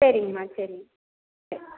சரிங்கம்மா சரி சரி